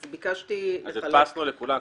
אז ביקשתי לחלק לכולם את הדפים.